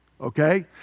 okay